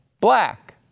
Black